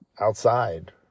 outside